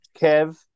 Kev